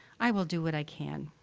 i will do what i can.